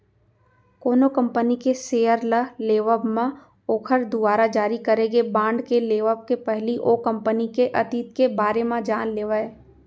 कोनो कंपनी के सेयर ल लेवब म ओखर दुवारा जारी करे गे बांड के लेवब के पहिली ओ कंपनी के अतीत के बारे म जान लेवय